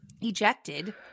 ejected